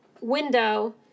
window